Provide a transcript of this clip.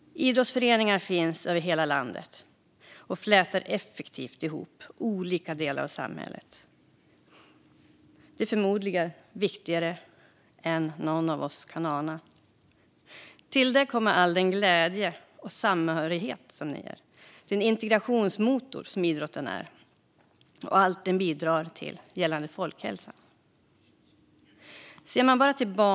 Idrottsföreningar finns över hela landet, och de flätar effektivt ihop olika delar av samhället. Det är förmodligen viktigare än någon av oss kan ana. Till det kommer all den glädje och samhörighet som idrotten ger, den integrationsmotor som idrotten är och allt den bidrar till gällande folkhälsan.